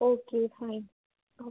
okay fine oh